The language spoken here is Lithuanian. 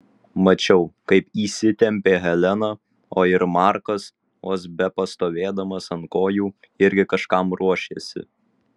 mačiau kaip įsitempė helena o ir markas vos bepastovėdamas ant kojų irgi kažkam ruošėsi